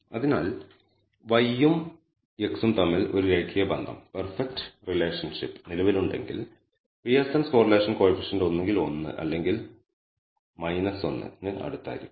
അതിനാൽ y ഉം x ഉം തമ്മിൽ ഒരു രേഖീയ ബന്ധം പെർഫെക്റ്റ് റിലേഷൻഷിപ്പ് നിലവിലുണ്ടെങ്കിൽ പിയേഴ്സന് കോറിലേഷൻ കോയിഫിഷ്യന്റ് ഒന്നുകിൽ 1 അല്ലെങ്കിൽ 1 ന് അടുത്തായിരിക്കും